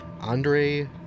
Andre